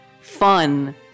fun